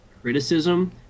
criticism